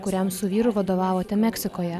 kuriam su vyru vadovavote meksikoje